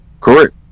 Correct